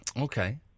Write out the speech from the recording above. Okay